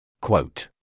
Quote